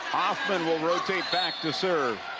austin will rotate back to serve